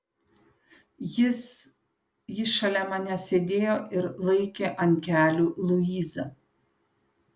jis jis šalia manęs sėdėjo ir laikė ant kelių luizą